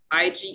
ig